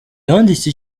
yanditse